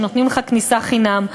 שנותנים לך כניסה חינם.